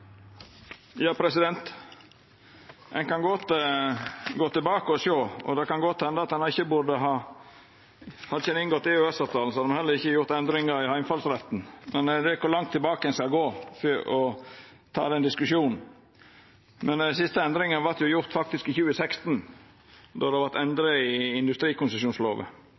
Ein kan godt gå tilbake og sjå, og det kan godt hende at det er noko ein ikkje burde ha gjort. Hadde ein ikkje inngått EØS-avtalen, hadde ein heller ikkje gjort endringar i heimfallsretten, men spørsmålet er kor langt tilbake ein skal gå for å ta den diskusjonen. Den siste endringa vart jo faktisk gjort i 2016, då det vart endra i industrikonsesjonslova